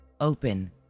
open